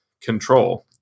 control